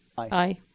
aye.